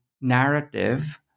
narrative